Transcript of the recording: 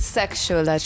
sexual